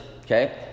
okay